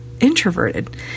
introverted